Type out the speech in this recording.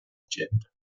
gente